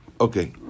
Okay